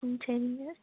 ம் சரிங்க